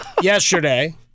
yesterday